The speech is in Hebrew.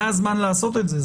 זה הזמן לעשות את זה.